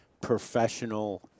professional